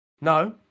No